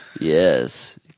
Yes